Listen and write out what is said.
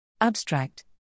Abstract